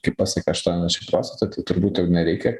kai pasiekia aštuoniasdešim procentų tai turbūt jau nereikia